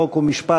חוק ומשפט,